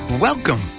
Welcome